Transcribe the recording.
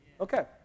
Okay